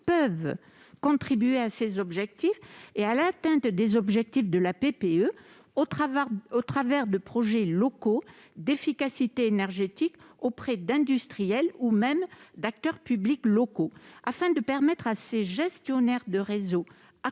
peuvent contribuer à ces objectifs et à l'atteinte des objectifs de la PPE, au travers de projets locaux d'efficacité énergétique, auprès d'industriels, voire d'acteurs publics locaux. Afin de permettre à ces gestionnaires de réseaux, acteurs